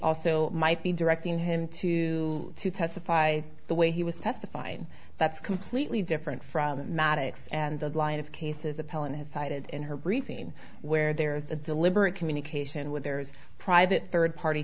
also might be directing him to testify the way he was testifying that's completely different from maddox and the line of cases appellant has cited in her briefing where there is a deliberate communication with there's private third party